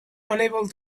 unable